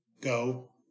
go